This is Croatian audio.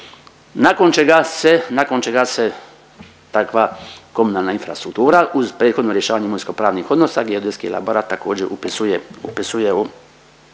nakon čega se takva komunalna infrastruktura uz prethodno rješavanje imovinsko-pravnih odnosa, geodetski laborat također upisuje u